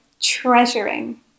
treasuring